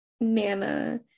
nana